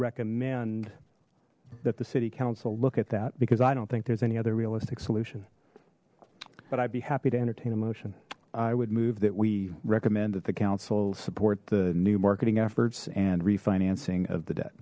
recommend that the city council look at that because i don't think there's any other realistic solution but i'd be happy to entertain a motion i would move that we recommend that the council support the new marketing efforts and refinancing of the d